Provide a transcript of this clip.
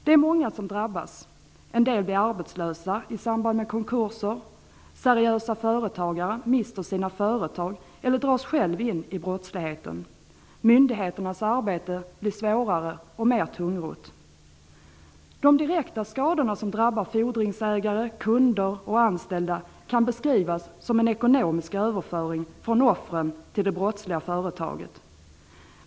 Det är många som drabbas. En del blir arbetslösa i samband med konkurser. Seriösa företagare mister sina företag eller dras själva in i brottsligheten. Myndigheternas arbete blir svårare och mer tungrott. De direkta skadorna som drabbar fordringsägare, kunder och anställda kan beskrivas som en ekonomisk överföring från offren till det brottsliga företaget.